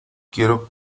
quiero